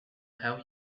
how